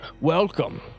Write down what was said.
Welcome